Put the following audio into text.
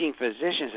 physicians